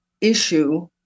issue